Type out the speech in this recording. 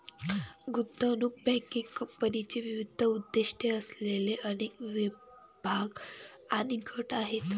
गुंतवणूक बँकिंग कंपन्यांचे विविध उद्दीष्टे असलेले अनेक विभाग आणि गट आहेत